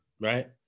Right